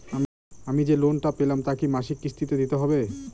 আমি যে লোন টা পেলাম তা কি মাসিক কিস্তি তে দিতে হবে?